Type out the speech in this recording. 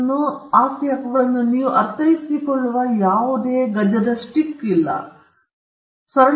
ಎರಡನೆಯದಾಗಿ ಬೌದ್ಧಿಕ ಆಸ್ತಿ ಹಕ್ಕುಗಳನ್ನು ನೀವು ಅರ್ಥೈಸಿಕೊಳ್ಳುವ ಯಾವುದೇ ಗಜದ ಸ್ಟಿಕ್ ಇಲ್ಲ ಅದು ಸರಳವಾಗಿ ಇಲ್ಲ